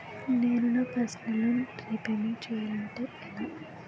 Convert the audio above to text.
నేను నా personal loan repayment చేయాలంటే ఎలా?